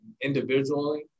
individually